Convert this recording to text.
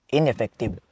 Ineffective